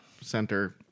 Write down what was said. center